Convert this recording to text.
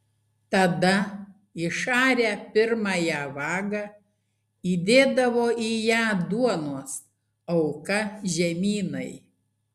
tada išarę pirmąją vagą įdėdavo į ją duonos auką žemynai